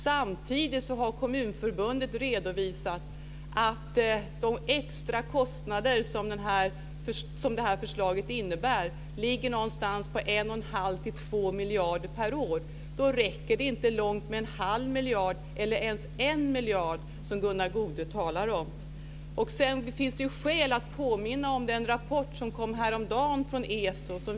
Samtidigt har Kommunförbundet redovisat att de extra kostnader som detta förslag innebär ligger någonstans mellan 1 1⁄2 och 2 miljarder per år. Sedan finns det skäl att påminna om den rapport från ESO som kom häromdagen.